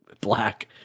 black